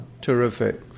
Terrific